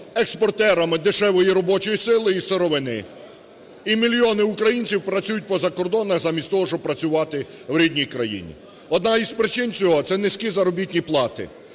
експортерами дешевої робочої сили і сировини, і мільйони українців працюють по закордонах замість того, щоб працювати в рідній країні. Одна з причин цього – це низькі заробітні плати.